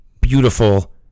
Beautiful